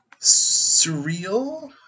surreal